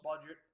budget